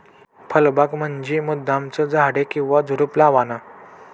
फळबाग म्हंजी मुद्दामचं झाडे किंवा झुडुप लावाना